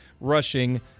rushing